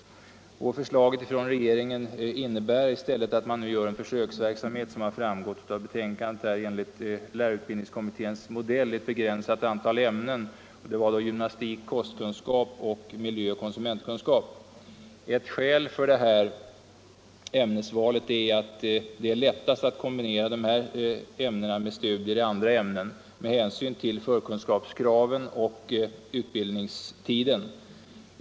Förslaget från regeringen innebär i stället, som framgått av betänkandet, att man nu inrättar en försöksverksamhet enligt lärarutbildningskommitténs modell i ett begränsat antal ämnen; det är gymnastik, kostkunskap samt miljöoch konsumentkunskap. Ett skäl för detta ämnesval är att det är lättast att kombinera dessa ämnen med studier i andra ämnen med hänsyn bl.a. till förkunskapskraven och utbildningstiden.